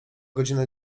godzina